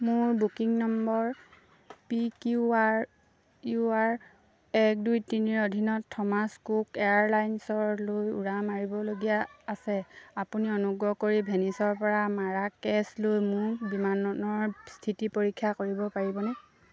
মোৰ booking number P Q R Q R এক দুই তিনিৰ অধীনত থমাছ কুক এয়াৰলাইনছলৈ উৰা মাৰিবলগীয়া আছে আপুনি অনুগ্ৰহ কৰি ভেনিচৰপৰা মাৰাকেচলৈ মোৰ বিমানৰ স্থিতি পৰীক্ষা কৰিব পাৰিবনে